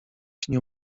nie